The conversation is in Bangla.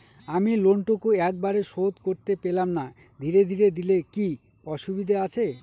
আমি লোনটুকু একবারে শোধ করতে পেলাম না ধীরে ধীরে দিলে কি অসুবিধে আছে?